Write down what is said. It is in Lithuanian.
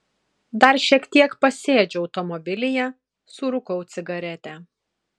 dar šiek tiek pasėdžiu automobilyje surūkau cigaretę